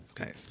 Okay